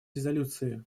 резолюции